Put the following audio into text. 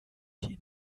die